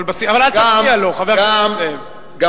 אבל אל תפריע לו, חבר הכנסת זאב.